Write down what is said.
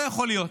לא יכול להיות.